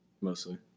Mostly